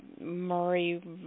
Murray